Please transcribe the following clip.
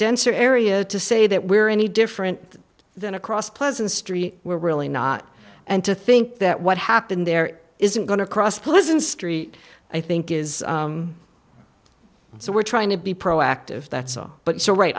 denser area to say that we're any different than across pleasant street we're really not and to think that what happened there isn't going to cross pleasant street i think is so we're trying to be proactive that's all but so right